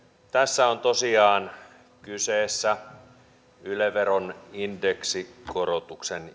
tässä on tosiaan kyseessä yle veron indeksikorotuksen